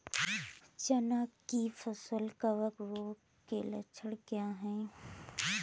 चना की फसल कवक रोग के लक्षण क्या है?